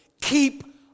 keep